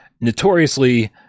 notoriously